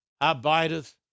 abideth